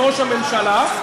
שיצאה מהשמאל על ראש הממשלה,